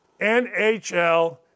NHL